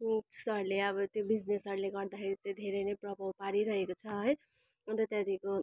त्यो बिजनेसहरूले गर्दाखेरि चाहिँ धेरै नै प्रभाव पारिरहेको छ है अन्त त्यहाँदेखिको